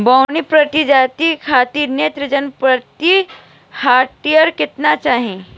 बौना प्रजाति खातिर नेत्रजन प्रति हेक्टेयर केतना चाही?